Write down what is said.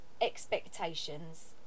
expectations